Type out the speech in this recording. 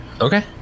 Okay